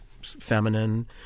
feminine